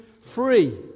free